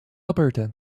alberta